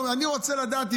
אני רוצה לדעת.